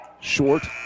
short